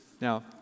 Now